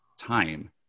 time